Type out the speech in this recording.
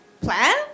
plan